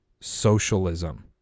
socialism